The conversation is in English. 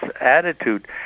attitude